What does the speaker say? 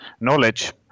knowledge